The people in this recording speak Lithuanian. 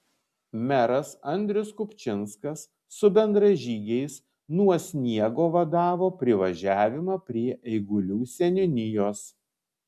meras andrius kupčinskas su bendražygiais nuo sniego vadavo privažiavimą prie eigulių seniūnijos